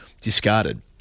discarded